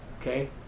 Okay